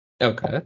Okay